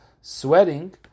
sweating